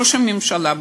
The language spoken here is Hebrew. ראש הממשלה,